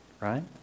right